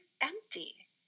empty